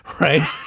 right